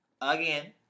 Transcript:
again